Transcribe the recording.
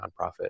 nonprofit